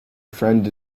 friend